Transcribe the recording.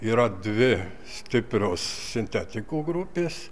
yra dvi stiprios sintetikų grupės